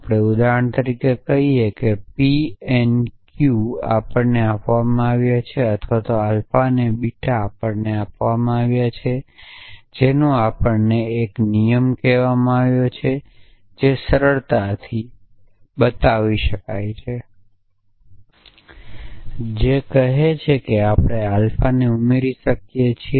આપણે ઉદાહરણ તરીકે કહીએ કે p n q આપણને આપવામાં આવે છે અથવા આલ્ફા અને બીટા આપણને આપવામાં આવ્યા છે જેનો આપણને એક નિયમ કહેવામાં આવ્યો છે જે સરળતા છે જે કહે છે કે આપણે આલ્ફાને ઉમેરી શકીએ છીએ